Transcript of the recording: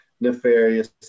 nefarious